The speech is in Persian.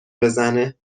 بزنه